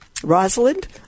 Rosalind